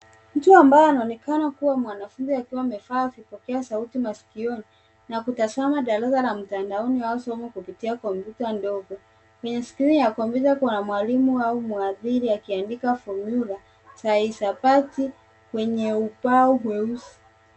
Mtu ambaye anaonekana kuwa mwanafunzi akiwa amevaa vipokea sauti maskioni, na kutazama darasa la mtandaoni au somo kupitia kompyuta ndogo. Kwenye skrini ya kompyuta kuna mwalimu au mwadhiri akiandika fomula za hisabati kwenye ubao mweusi.